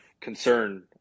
concern